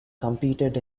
competed